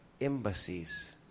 embassies